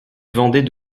vendaient